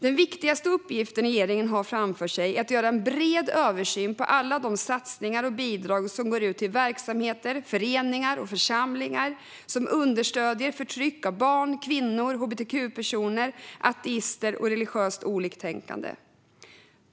Den viktigaste uppgiften regeringen har framför sig är att göra en bred översyn av alla de satsningar och bidrag som går till verksamheter, föreningar och församlingar som understöder förtryck av barn, kvinnor, hbtq-personer, ateister och religiöst oliktänkande.